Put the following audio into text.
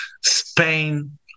Spain